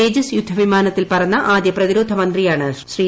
തേജസ് യുദ്ധ വിമാനത്തിൽ പറന്ന ആദ്യ പ്രതിരോധ മന്ത്രിയാണ് ശ്രീ